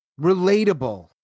relatable